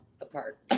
apart